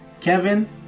Kevin